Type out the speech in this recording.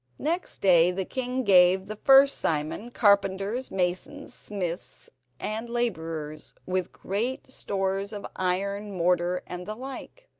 next day the king gave the first simon carpenters, masons, smiths and labourers, with great stores of iron, mortar, and the like,